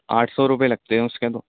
آٹھ سو روپئے لگتے ہیں اس کے تو